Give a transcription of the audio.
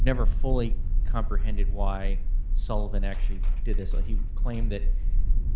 never fully comprehended why sullivan actually did this. ah he claimed that